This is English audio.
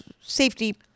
safety